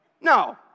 No